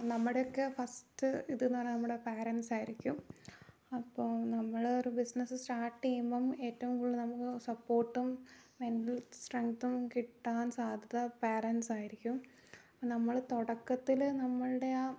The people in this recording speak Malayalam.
നമ്മുടെയൊക്കെ ഫസ്റ്റ് ഇതെന്നു പറഞ്ഞാൽ നമ്മുടെ പാരൻസ് ആയിരിക്കും അപ്പോൾ നമ്മൾ ഒരു ബിസിനസ്സ് സ്റ്റാർട്ട് ചെയുമ്പം ഏറ്റവും കൂടുതൽ നമ്മൾ ഇപ്പോൾ സപ്പോർട്ടും മെൻ്റൽ സ്ട്രെങ്ത്തും കിട്ടാൻ സാധ്യത പാരൻസ് ആയിരിക്കും നമ്മൾ തുടക്കത്തിൽ നമ്മളുടെ ആ